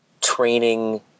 training